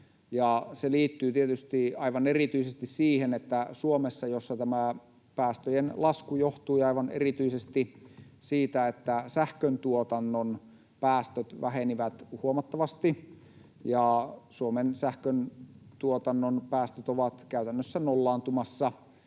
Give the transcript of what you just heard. se liittyy tietysti aivan erityisesti siihen, että Suomessa — jossa tämä päästöjen lasku johtui aivan erityisesti siitä, että sähköntuotannon päästöt vähenivät huomattavasti ja Suomen sähköntuotannon päästöt ovat käytännössä nollaantumassa